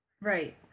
right